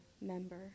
member